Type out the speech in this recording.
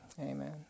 Amen